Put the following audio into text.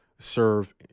serve